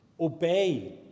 Obey